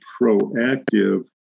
proactive